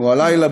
או הלילה,